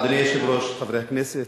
אדוני היושב-ראש, חברי הכנסת,